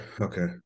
Okay